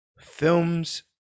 films